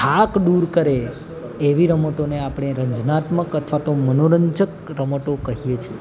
થાક દૂર કરે એવી રમતોને આપણે રંજનાત્મક અથવા તો મનોરંજક રમતો કહીએ છે